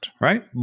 right